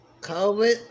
covid